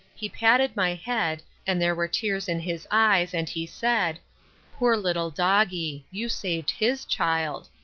he patted my head, and there were tears in his eyes, and he said poor little doggie, you saved his child!